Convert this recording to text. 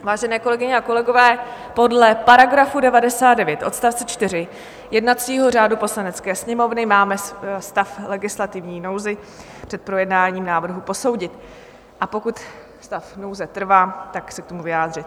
Vážené kolegyně a kolegové, podle § 99 odst. 4 jednacího řádu Poslanecké sněmovny, máme stav legislativní nouze před projednáním návrhů posoudit, a pokud stav nouze trvá, tak se k tomu vyjádřit.